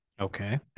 Okay